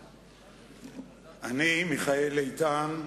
אני, מיכאל איתן,